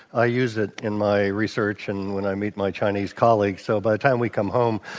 i use it in my research and when i meet my chinese colleagues. so by the time we come home,